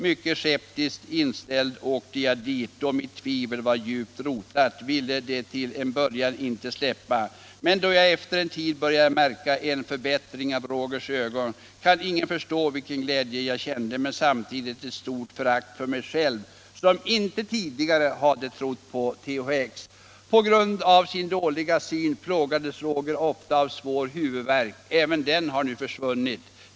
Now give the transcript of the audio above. Mycket skeptiskt inställd åkte jag dit. Då mitt tvivel var djupt rotat, ville det till en början inte släppa, men då jag efter en tid började märka en förbättring av Rogers ögon, kan ingen förstå vilken glädje jag kände, men samtidigt ett stort förakt för mig själv som inte tidigare hade trott på THX. 4 På grund av sin dåliga syn plågades Roger ofta av svår huvudvärk, även det försvann.